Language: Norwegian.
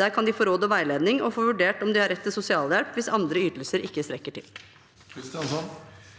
Der kan de få råd og veiledning og få vurdert om de har rett til sosialhjelp hvis andre ytelser ikke strekker til.